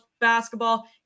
basketball